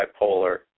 bipolar